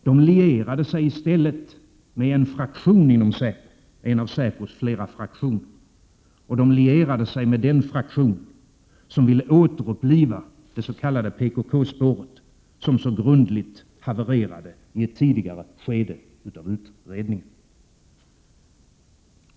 De lierade sig i stället med en av flera fraktioner inom säpo, och de lierade sig med den fraktion som ville återuppliva det s.k. PKK-spåret, som så grundligt havererade i ett tidigare skede av utredningen.